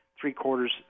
three-quarters